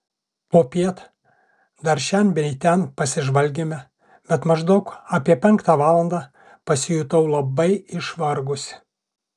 popiet dar šen bei ten pasižvalgėme bet maždaug apie penktą valandą pasijutau labai išvargusi